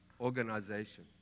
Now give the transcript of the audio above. organization